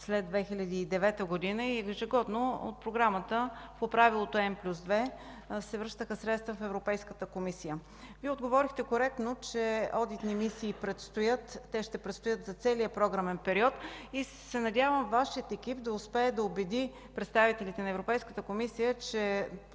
Вие отговорихте коректно, че одитни мисии предстоят. Те ще предстоят за целия програмен период и се надявам Вашият екип да успее да убеди представителите на Европейската комисия, че